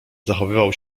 zachowywał